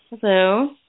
Hello